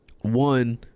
one